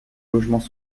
logements